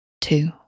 two